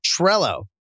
Trello